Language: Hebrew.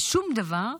בשום דבר,